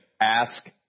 ask